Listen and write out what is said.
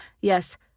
yes